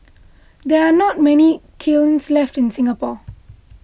there are not many kilns left in Singapore